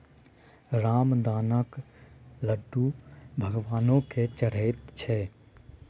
रामदानाक लड्डू भगवानो केँ चढ़ैत छै